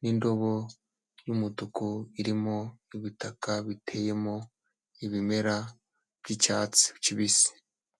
n'indobo y'umutuku, irimo ibutaka biteyemo ibimera by'icyatsi kibisi.